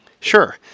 Sure